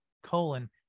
Colon